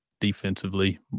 defensively